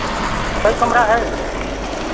कै कमरा है